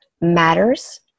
matters